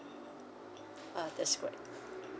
ah that's correct